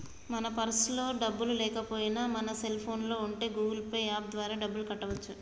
మన పర్సులో డబ్బులు లేకపోయినా మన సెల్ ఫోన్లో ఉండే గూగుల్ పే యాప్ ద్వారా డబ్బులు కట్టవచ్చు